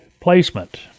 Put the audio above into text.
placement